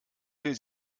will